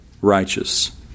righteous